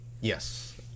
yes